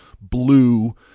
blue